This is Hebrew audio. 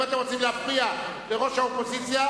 אם אתם רוצים להפריע לראש האופוזיציה,